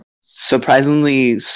surprisingly